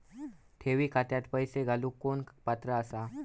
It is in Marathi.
ठेवी खात्यात पैसे घालूक कोण पात्र आसा?